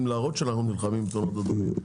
להראות שאנחנו נלחמים בתאונות הדרכים,